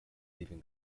leaving